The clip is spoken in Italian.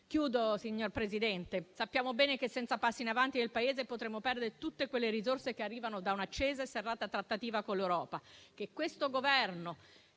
imprese. Signor Presidente, sappiamo bene che senza passi in avanti del Paese potremmo perdere tutte le risorse che arrivano da un'accesa e serrata trattativa con l'Europa,